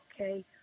okay